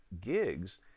gigs